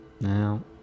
Now